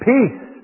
Peace